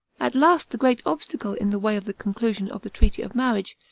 at last the great obstacle in the way of the conclusion of the treaty of marriage,